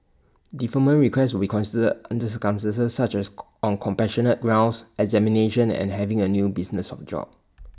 deferment requests will be considered under circumstances such as on compassionate grounds examinations and having A new business of job